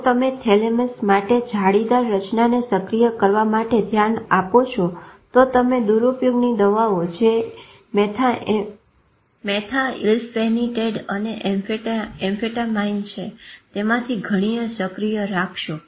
જો તમે થેલેમસ માટે આ જાળીદાર રચનાને સક્રિય કરવા માટે ધ્યાન આપો છો તો તમે દુરુપયોગની દવાઓ જે મેથાઈલફેનીડેટ અને એમ્ફેટામાઈન છે તેમાંથી ઘણી સક્રિય રાખશો